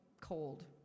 cold